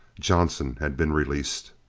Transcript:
johnson had been released.